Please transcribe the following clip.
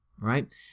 right